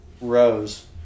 rose